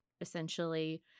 essentially